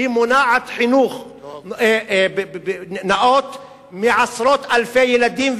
היא מונעת חינוך נאות מעשרות אלפי ילדים,